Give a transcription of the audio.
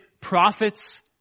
prophets